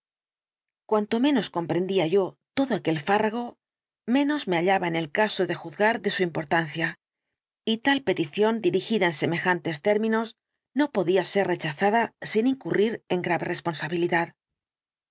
cuanto menos comprendía yo todo aquel fárrago menos me hallaba en el caso de juzgar relación del dr lanyón de su importancia y tal petición dirigida en semejantes términos no podía ser rechazada sin incurrir en grave responsabilidad